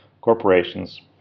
corporations